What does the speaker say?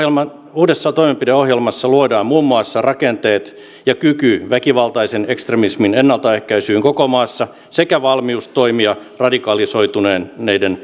uudessa toimenpideohjelmassa luodaan muun muassa rakenteet ja kyky väkivaltaisen ekstremismin ennaltaehkäisyyn koko maassa sekä valmius toimia radikalisoituneiden